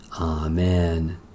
Amen